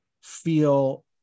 feel